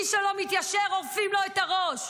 מי שלא מתיישר עורפים לו את הראש,